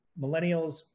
millennials